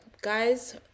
guys